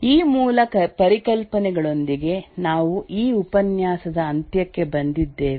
ಈ ಮೂಲ ಪರಿಕಲ್ಪನೆಗಳೊಂದಿಗೆ ನಾವು ಈ ಉಪನ್ಯಾಸದ ಅಂತ್ಯಕ್ಕೆ ಬಂದಿದ್ದೇವೆ